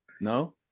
no